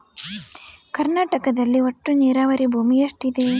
ಕರ್ನಾಟಕದಲ್ಲಿ ಒಟ್ಟು ನೇರಾವರಿ ಭೂಮಿ ಎಷ್ಟು ಇದೆ?